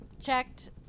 checked